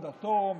דתו,